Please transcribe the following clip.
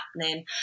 happening